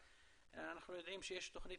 אנחנו יודעים שיש תוכנית,